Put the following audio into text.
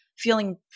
feeling